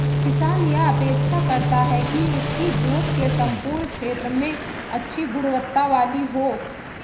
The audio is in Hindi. किसान यह अपेक्षा करता है कि उसकी जोत के सम्पूर्ण क्षेत्र में अच्छी गुणवत्ता वाली हो